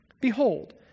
Behold